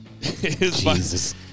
Jesus